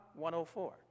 104